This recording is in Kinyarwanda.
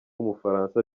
w’umufaransa